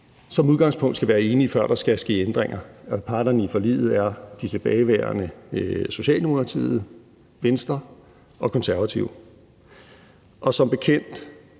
som udgangspunkt skal være enige, før der kan ske ændringer. Og parterne i forliget er Socialdemokratiet, Venstre og Konservative. Som bekendt